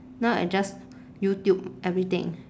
now I just youtube everything